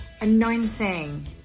announcing